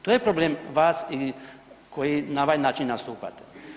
To je problem vas i koji na ovaj način nastupate.